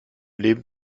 leben